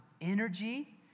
energy